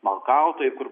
nokautai kur